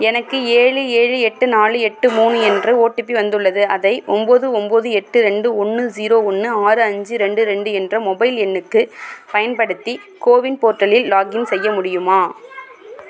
எனக்கு ஏழு ஏழு எட்டு நாலு எட்டு மூணு என்ற ஓடிபி வந்துள்ளது அதை ஒம்பது ஒம்பது எட்டு ரெண்டு ஒன்று ஜீரோ ஒன்று ஆறு அஞ்சு ரெண்டு ரெண்டு என்ற மொபைல் எண்ணுக்குப் பயன்படுத்தி கோவின் போர்ட்டலில் லாக்இன் செய்ய முடியுமா